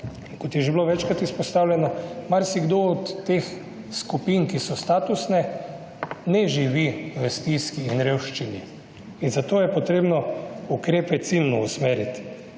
Kot je že bilo večkrat izpostavljeno, marsikdo od teh skupin, ki so statusne, ne živi v stiski in revščini. In zato je potrebno ukrepe ciljno usmeriti.